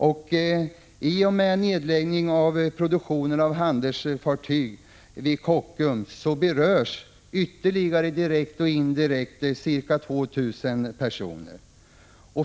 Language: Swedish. I och med nedläggning av produktionen av handelsfartyg vid Kockums berörs ytterligare direkt och indirekt ca 2 000 personer.